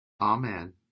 Amen